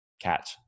catch